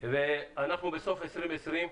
אנחנו בסוף 2020,